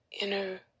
inner